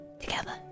Together